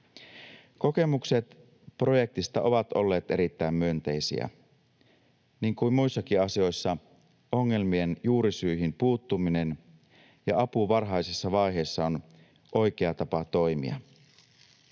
Kokemukset projektista ovat olleet erittäin myönteisiä. Niin kuin muissakin asioissa, ongelmien juurisyihin puuttuminen ja apu varhaisessa vaiheessa ovat oikea tapa toimia.